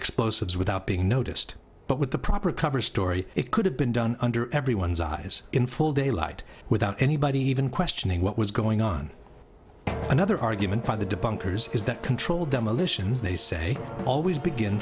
explosives without being noticed but with the proper cover story it could have been done under everyone's eyes in full daylight without anybody even questioning what was going on another argument by the developers is that controlled demolitions they say always begin